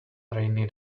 rainy